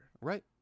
Right